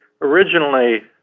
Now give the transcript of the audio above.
originally